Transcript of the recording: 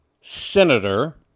senator